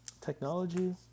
technology